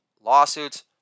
lawsuits